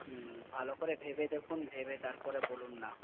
হুম ভালো করে ভেবে দেখুন ভেবে তারপরে বলুন না